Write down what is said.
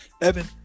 Evan